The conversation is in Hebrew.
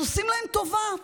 אז עושים להם טובה: